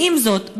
עם זאת,